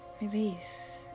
Release